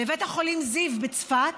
בבית החולים זיו בצפת